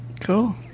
Cool